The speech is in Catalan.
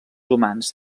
humans